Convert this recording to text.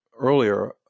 earlier